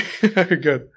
Good